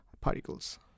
particles